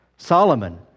Solomon